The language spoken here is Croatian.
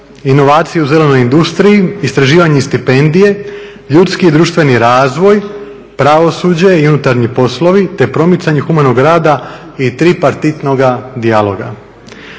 inovaciju u zelenoj industriji, istraživanje stipendije, ljudski i društveni razvoj, pravosuđe i unutarnji poslovi te promicanje humanog rada i tripartitnoga dijaloga.